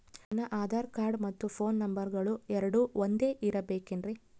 ನನ್ನ ಆಧಾರ್ ಕಾರ್ಡ್ ಮತ್ತ ಪೋನ್ ನಂಬರಗಳು ಎರಡು ಒಂದೆ ಇರಬೇಕಿನ್ರಿ?